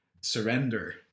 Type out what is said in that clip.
surrender